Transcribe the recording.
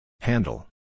Handle